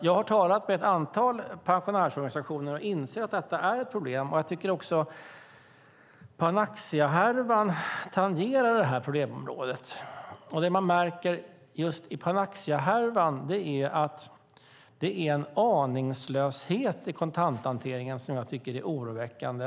Jag har talat med ett antal pensionärsorganisationer och insett att detta är ett problem. Jag tycker också att Panaxiahärvan tangerar det här området. Det man märker i just Panaxiahärvan är att det är en aningslöshet i kontanthanteringen som jag tycker är oroväckande.